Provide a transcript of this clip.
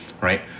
right